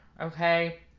okay